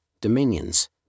dominions